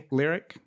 lyric